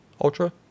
ultra